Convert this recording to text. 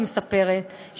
היא מספרת,